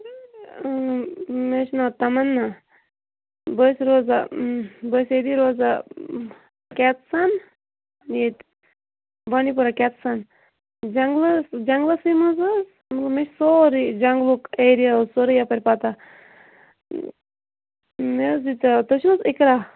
اۭں مےٚ حظ چھُ ناو تَمّا بہٕ ٲسٕس روزان بہٕ ٲسٕس ییٚتہِ روزان کیتسَن ییٚتہِ بانٛڈی پورہ کیتسَن جَنٛگلَس جَنٛگلَسٕے منٛز حظ مےٚ چھِ سورُے جٛگلُک ایریا حظ سورُے یَپٲرۍ پَتہ مےٚ حظ دیٖژ تُہۍ چھِو حظ اِقرا